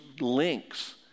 links